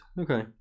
okay